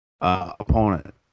opponent